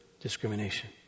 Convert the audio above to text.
discrimination